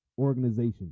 organization